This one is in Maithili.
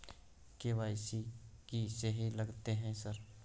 के.वाई.सी की सेहो लगतै है सर?